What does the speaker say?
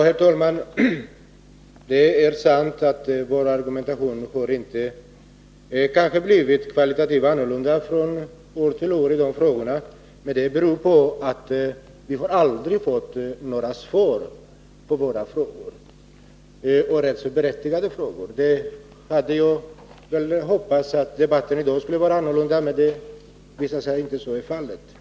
Herr talman! Det är sant att vår argumentation inte har blivit kvalitativt annorlunda från år till år i det här ärendet, men det beror på att vi aldrig har fått några svar på våra frågor. Frågorna är berättigade, och jag hade väl hoppats att diskussionen i dag skulle bli annorlunda i jämförelse med tidigare debatter, men det visar sig att så inte är fallet.